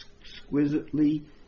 exquisitely